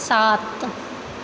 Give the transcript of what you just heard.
सात